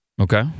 Okay